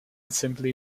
simply